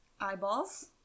eyeballs